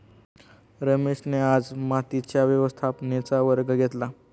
रमेशने आज मातीच्या व्यवस्थापनेचा वर्ग घेतला